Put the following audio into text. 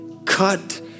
Cut